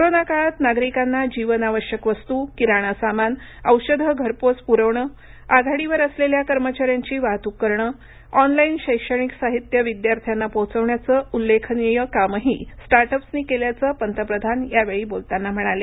corona काळात नागरिकांना जीवनावश्यक वस्तू किराणा सामान औषधं घरपोच पुरवणं आघाडीवर असलेल्या कर्मचाऱ्यांची वाहतूक करणं ऑनलाईन शैक्षणिक साहित्य विद्यार्थ्यांना पोहोचवण्याचं उल्लेखनीय कामही स्टार्टअप्सनी केल्याचं पंतप्रधान यावेळी बोलताना म्हणाले